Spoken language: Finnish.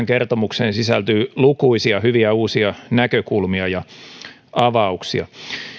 kertomukseen sisältyy lukuisia hyviä uusia näkökulmia ja avauksia